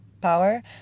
power